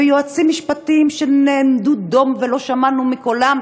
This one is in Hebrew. ויועצים משפטיים שנעמדו דום ולא שמענו את קולם.